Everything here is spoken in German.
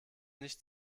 nicht